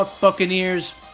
Buccaneers